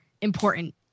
important